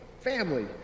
family